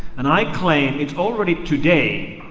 and i claim it's already today